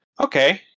Okay